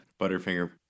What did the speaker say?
Butterfinger